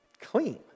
Clean